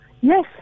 Yes